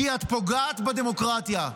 כי את פוגעת בדמוקרטיה.